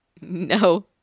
No